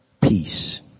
peace